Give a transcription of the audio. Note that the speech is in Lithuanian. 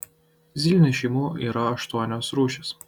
zylinių šeimų yra aštuonios rūšys